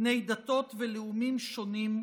בני דתות ולאומים שונים,